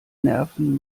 nerven